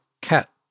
cat